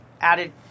added